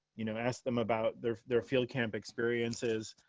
you know, ask them about their, their field camp experiences,